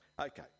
okay